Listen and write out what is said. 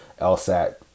LSAT